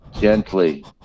gently